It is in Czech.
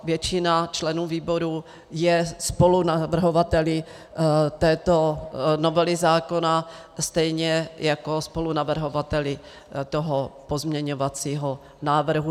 Většina členů výboru je spolunavrhovateli této novely zákona stejně jako spolunavrhovateli toho pozměňovacího návrhu.